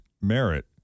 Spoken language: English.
Merit